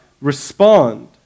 respond